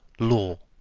law,